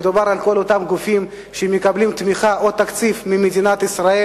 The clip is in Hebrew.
מדובר בכל אותם גופים שמקבלים תמיכה או תקציב ממדינת ישראל.